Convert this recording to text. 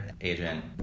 Agent